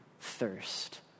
thirst